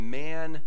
man